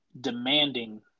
demanding